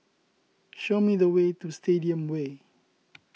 show me the way to Stadium Way